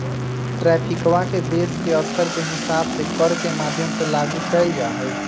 ट्रैफिकवा के देश के स्तर के हिसाब से कर के माध्यम से लागू कइल जाहई